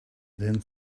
then